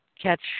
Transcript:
catch